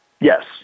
Yes